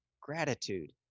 gratitude